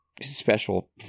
special